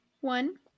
one